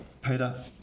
Peter